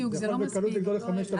אפשר בקלות לגדול ל-5,000.